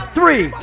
Three